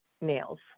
nails